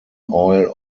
oil